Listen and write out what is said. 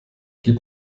gib